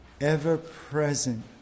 ever-present